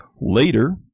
Later